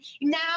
Now